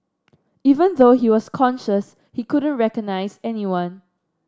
even though he was conscious he couldn't recognise anyone